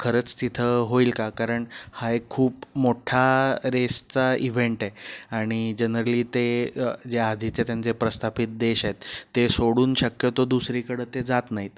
खरंच तिथं होईल का कारण हा एक खूप मोठा रेसचा इव्हेंट आहे आणि जनरली ते जे आधीचे त्यांचे प्रस्थापित देश आहेत ते सोडून शक्यतो दुसरीकडं ते जात नाहीत